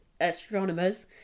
astronomers